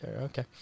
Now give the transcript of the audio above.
Okay